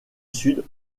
sud